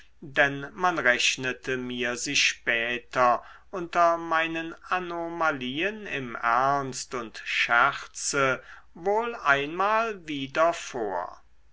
denn man rechnete mir sie später unter meinen anomalien im ernst und scherze wohl einmal wieder vor